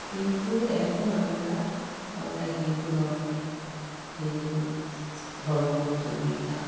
কিন্তু এখন আমরা আমরা হিন্দু ধর্ম হিন্দু ধর্মগ্রন্থ গীতা